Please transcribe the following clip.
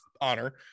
honor